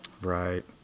Right